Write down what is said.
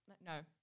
No